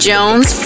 Jones